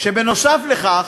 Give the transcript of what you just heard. שנוסף על כך,